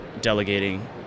delegating